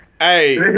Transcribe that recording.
Hey